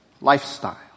lifestyle